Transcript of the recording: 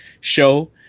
show